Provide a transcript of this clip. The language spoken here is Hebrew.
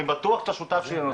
אני בטוח שאתה שותף שלי לנושא הזה,